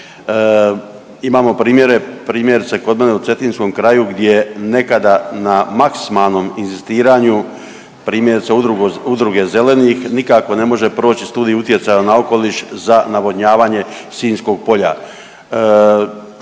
kod mene u cetinskom kraju gdje nekada na maksimalno inzistiranju primjerice udruge zelenih nikako ne može proći studij utjecaja na okoliš za navodnjavanje Sinjskog polja.